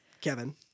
Kevin